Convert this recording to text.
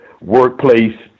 workplace